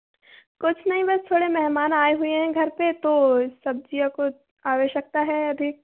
कुछ नहीं बस थोड़े मेहमान आए हुए हैं घर पे तो सब्ज़ियों को आवश्यकता है अभी